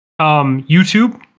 YouTube